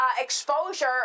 exposure